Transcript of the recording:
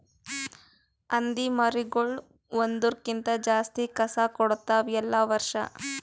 ಹಂದಿ ಮರಿಗೊಳ್ ಒಂದುರ್ ಕ್ಕಿಂತ ಜಾಸ್ತಿ ಕಸ ಕೊಡ್ತಾವ್ ಎಲ್ಲಾ ವರ್ಷ